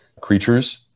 creatures